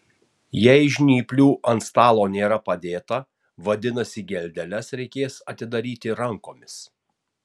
jei žnyplių ant stalo nėra padėta vadinasi geldeles reikės atidaryti rankomis